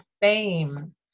fame